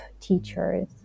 teachers